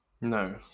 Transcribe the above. No